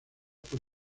por